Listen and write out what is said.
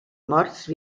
morts